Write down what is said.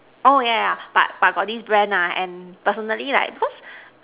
oh yeah yeah yeah but for this brand nah and personally like cause